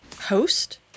host